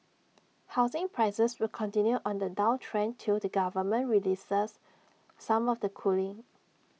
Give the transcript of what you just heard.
housing prices will continue on the downtrend till the government relaxes some of the cooling